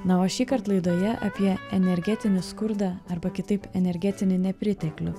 na o šįkart laidoje apie energetinį skurdą arba kitaip energetinį nepriteklių